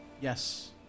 Yes